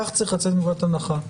כך צריך לצאת מנקודת הנחה.